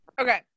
Okay